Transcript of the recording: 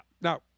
Now